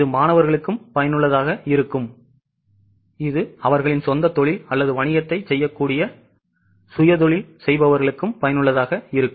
இது மாணவர்களுக்கும் பயனுள்ளதாக இருக்கும் இது அவர்களின் சொந்த தொழில் அல்லது வணிகத்தைச் செய்யக்கூடிய சுயதொழில் செய்பவர்களுக்கும் பயனுள்ளதாக இருக்கும்